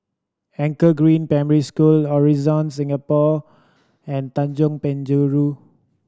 Anchor Green Primary School Horizon Singapore and Tanjong Penjuru